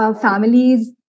families